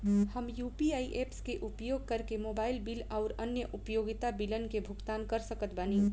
हम UPI apps के उपयोग करके मोबाइल बिल आउर अन्य उपयोगिता बिलन के भुगतान कर सकत बानी